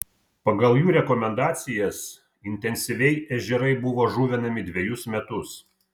pagal jų rekomendacijas intensyviai ežerai buvo žuvinami dvejus metus